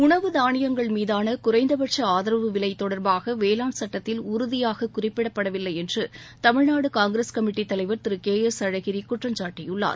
உனவு தானியங்கள் மீதான குறைந்தபட்ச ஆதரவு விலை தொடர்பாக வேளாண் சட்டத்தில் உறுதியாக குறிப்பிடப்படவில்லை என்று தமிழ்நாடு காங்கிரஸ் கமிட்டித் தலைவர் திரு கே எஸ் அழகிரி குற்றம்சாட்டியுள்ளார்